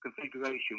configuration